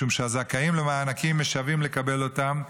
משום שהזכאים למענקים משוועים לקבל אותם,